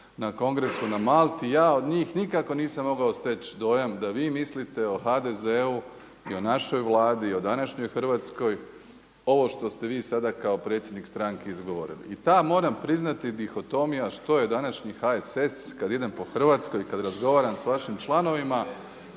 na kongresu na Malti, ja od njih nikako nisam mogao steći dojam da vi mislite o HDZ-u i o našoj Vladi, o današnjoj Hrvatskoj ovo što ste vi sada kao predsjednik stranke izgovorili. I ta moram priznati dihotomija što je današnji HSS kad idem po Hrvatskoj i kad razgovaram sa vašim članovima